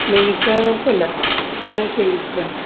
മെയിൻസാക്കല്ല ഞാന് സെൽസ്ില